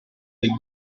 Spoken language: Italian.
del